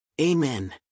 Amen